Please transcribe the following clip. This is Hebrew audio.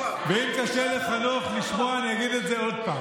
ואם קשה לחנוך לשמוע, אני אגיד את זה עוד פעם.